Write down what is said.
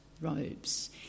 robes